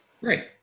Right